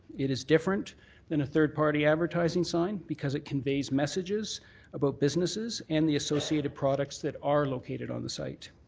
it is different than a third party advertising sign because it conveys messages about businesses and the associated products that are located on the site.